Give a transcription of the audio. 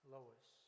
Lois